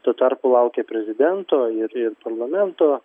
tuo tarpu laukia prezidento ir ir parlamento